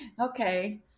Okay